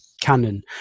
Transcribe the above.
canon